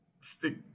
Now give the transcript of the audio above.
stick